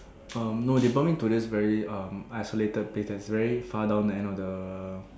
um no they brought me to this very um isolated place that's very far down the end of the